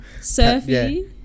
Surfy